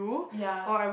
ya